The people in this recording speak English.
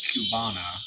Cubana